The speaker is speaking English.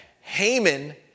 Haman